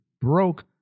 broke